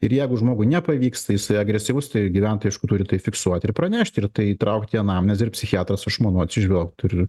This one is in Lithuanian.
ir jeigu žmogui nepavyksta jisai agresyvus tai gyventojai aišku turi tai fiksuot ir pranešt ir tai įtraukti į anamnezę ir psichiatras aš manau atsižvelgtų ir